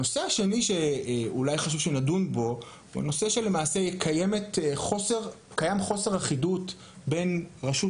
נושא שני חשוב שנדון בו הוא חוסר האחידות הקיים בין רשות